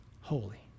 holy